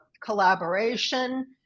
collaboration